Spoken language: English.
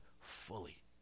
fully